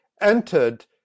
entered